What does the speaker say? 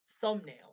thumbnail